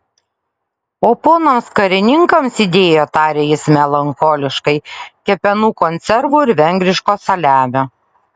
o ponams karininkams įdėjo tarė jis melancholiškai kepenų konservų ir vengriško saliamio